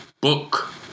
book